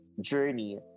journey